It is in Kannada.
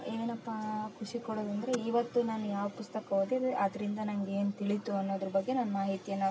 ಏನಪ್ಪಾ ಖುಷಿ ಕೊಡುದಂದರೆ ಇವತ್ತು ನಾನು ಯಾವ ಪುಸ್ತಕ ಓದಿದೆ ಅದರಿಂದ ನನಗೆ ಏನು ತಿಳಿತು ಅನ್ನೋದ್ರ ಬಗ್ಗೆ ನಾನು ಮಾಹಿತಿಯನ್ನು